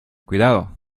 cuidado